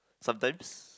sometimes